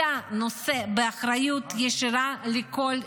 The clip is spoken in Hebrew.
אתה נושא באחריות ישירה לכל זה.